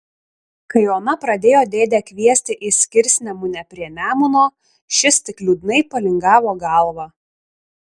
kai ona pradėjo dėdę kviesti į skirsnemunę prie nemuno šis tik liūdnai palingavo galvą